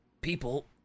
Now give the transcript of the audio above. people